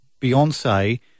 Beyonce